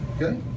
okay